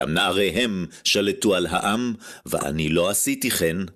גם נעריהם שלטו על העם, ואני לא עשיתי כן.